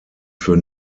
für